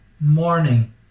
morning